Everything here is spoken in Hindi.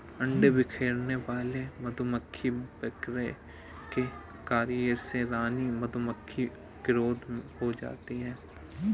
अंडे बिखेरने वाले मधुमक्खी वर्कर के कार्य से रानी मधुमक्खी क्रुद्ध हो जाती है